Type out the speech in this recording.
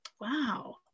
Wow